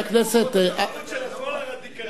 גזענות של השמאל הרדיקליסטי.